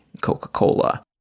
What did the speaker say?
Coca-Cola